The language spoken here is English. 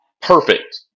perfect